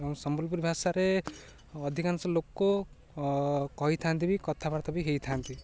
ଏବଂ ସମ୍ବଲପୁରୀ ଭାଷାରେ ଅଧିକାଂଶ ଲୋକ କହିଥାନ୍ତି ବି କଥାବାର୍ତ୍ତା ବି ହେଇଥାନ୍ତି